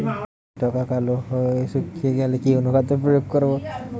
গাছের ডগা কালো হয়ে শুকিয়ে গেলে কি অনুখাদ্য প্রয়োগ করব?